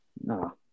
No